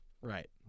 Right